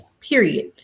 period